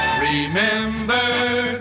Remember